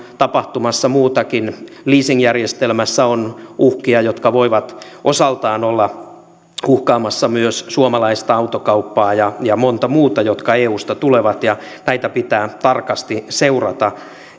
tapahtumassa muutakin leasingjärjestelmässä on uhkia jotka voivat osaltaan olla uhkaamassa myös suomalaista autokauppaa ja ja monta muuta jotka eusta tulevat ja näitä pitää tarkasti seurata